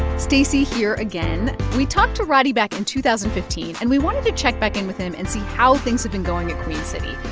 stacey here again. we talked to roddey back in two thousand and fifteen, and we wanted to check back in with him and see how things have been going at queen city.